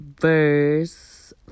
verse